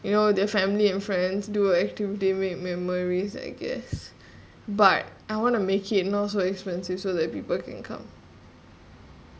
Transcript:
you know their family and friends do activity make memories I guess but I want to make it not so expensive so that people can come